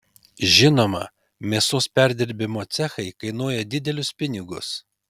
žinoma mėsos perdirbimo cechai kainuoja didelius pinigus